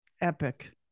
epic